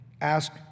Ask